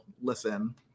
listen